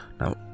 Now